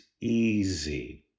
easy